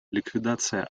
ликвидация